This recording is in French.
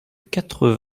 quatre